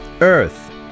earth